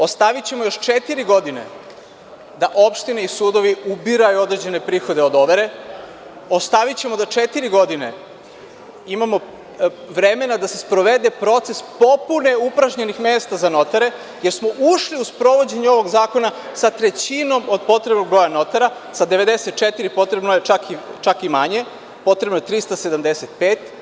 Ostavićemo još četiri godine da opštine i sudovi ubiraju određene prihode od overe, ostavićemo da četiri godine imamo vremena da se sprovede proces popune upražnjena mesta za notare, jer smo ušli u sprovođenje ovog zakona sa trećinom od potrebnog broja notara, sa 94, potrebno je čak i manje, potrebno je 375.